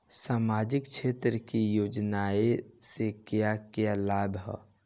सामाजिक क्षेत्र की योजनाएं से क्या क्या लाभ है?